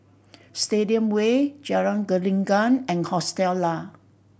Stadium Way Jalan Gelenggang and Hostel Lah